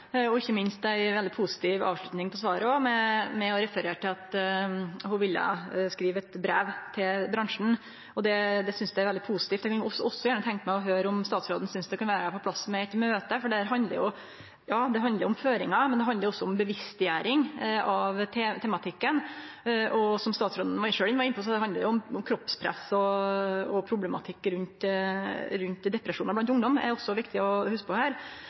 og ikkje minst ei veldig positiv avslutning på svaret med å referere til at ho ville skrive eit brev til bransjen. Det synest eg er veldig positivt. Eg kunne også gjerne tenkje meg å høyre om statsråden synest det kunne vere på sin plass med eit møte, for dette handlar om føringar, ja, men det handlar òg om bevisstgjering av tematikken. Og som statsråden sjølv var inne på, handlar det òg om kroppspress og problematikk rundt depresjonar blant ungdom. Det er det òg viktig å hugse på her.